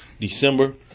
December